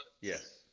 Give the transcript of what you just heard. Yes